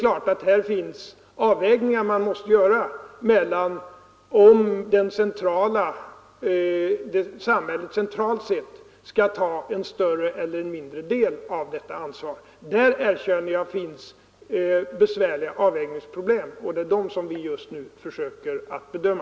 Man måste ju göra avvägningar när det gäller om samhället centralt skall ta en större eller mindre del av detta ansvar. Jag erkänner att där finns besvärliga avvägningsproblem, och det är dem som vi just nu försöker att bedöma.